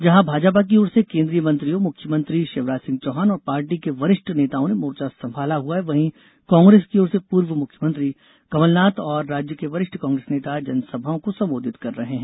जहां भाजपा की ओर से केन्द्रीय मंत्रियों मुख्यमंत्री शिवराज सिंह चौहान और पार्टी के वरिष्ठ नेताओं ने मोर्चा संभाला हुआ है वहीं कांग्रेस की ओर से पूर्व मुख्यमंत्री कमलनाथ और राज्य के वरिष्ठ कांग्रेस नेता जनसभाओं को संबोधित कर रहे हैं